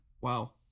Wow